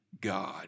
God